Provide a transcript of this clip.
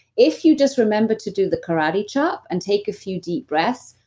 if you just remember to do the karate chop and take a few deep breaths,